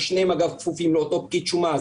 ששניהם אגב כפופים לאותו פקיד שומה,